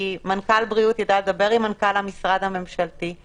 כי מנכ"ל בריאות ידע לדבר עם מנכ"ל המשרד הממשלתי,